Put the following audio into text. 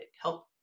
help